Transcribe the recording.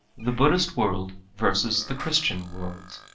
the buddhist world versus the christian world